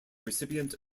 recipient